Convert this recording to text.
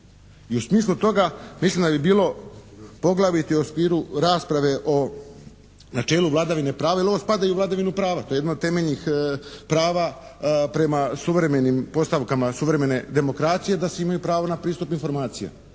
i u smislu toga mislim da bi bilo poglavito i u okviru rasprave o načelu vladavine prava jer ovo spada i u vladavinu prava, to je jedno od temeljnih prava prema suvremenim postavkama suvremene demokracije da svi imaju pravo na pristup informacijama.